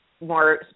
more